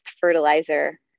fertilizer